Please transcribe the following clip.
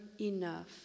enough